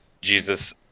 Jesus